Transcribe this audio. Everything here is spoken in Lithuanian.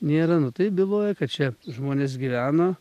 nėra nu tai byloja kad čia žmonės gyveno